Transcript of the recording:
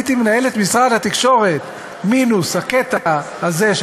הייתי מנהל את משרד התקשורת מינוס הקטע הזה,